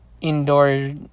indoor